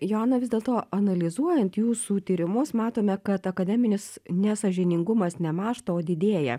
joana vis dėlto analizuojant jūsų tyrimus matome kad akademinis nesąžiningumas nemąžta o didėja